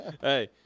hey